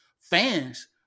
fans